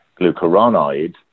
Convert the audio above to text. glucuronide